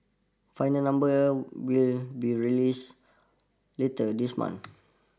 final numbers will be released later this month